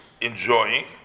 enjoying